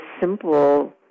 simple